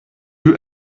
you